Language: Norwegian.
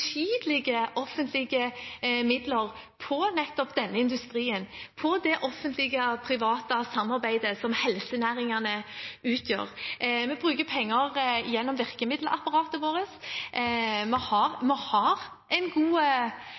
offentlige midler på nettopp denne industrien, på det offentlige og private samarbeidet som helsenæringene utgjør. Vi bruker penger gjennom virkemiddelapparatet vårt. Vi har